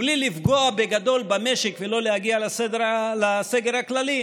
בלי לפגוע בגדול במשק ובלי להגיע לסגר הכללי,